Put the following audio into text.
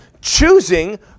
choosing